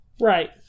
Right